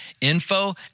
info